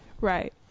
Right